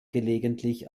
gelegentlich